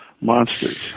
monsters